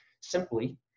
simply